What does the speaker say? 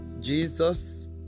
Jesus